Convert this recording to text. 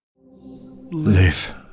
Live